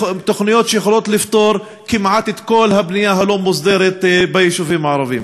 תוכניות שיכולות לפתור כמעט את כל הבנייה הלא-מוסדרת ביישובים הערביים.